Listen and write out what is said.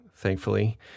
thankfully